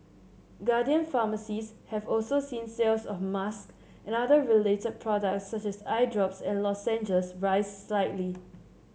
guardian pharmacies have also seen sales of masks and other related products such as eye drops and lozenges rise slightly